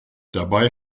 dabei